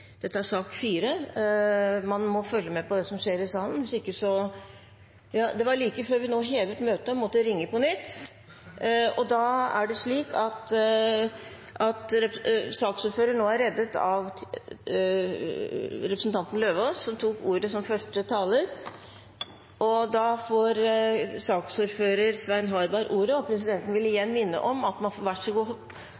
Dette er sak nr. 4. Man må følge med på det som skjer i salen. Det var like før vi nå hevet møtet og måtte ringe inn på nytt. Saksordføreren er nå reddet av representanten Eidem Løvaas, som tok ordet som første taler. Saksordføreren, Svein Harberg, får ordet, og presidenten vil